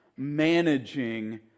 managing